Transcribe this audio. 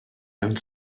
mewn